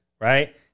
Right